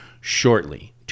shortly